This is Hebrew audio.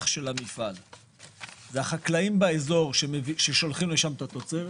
של המפעל - לחקלאים באזור ששולחים לשם את התוצרת,